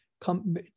come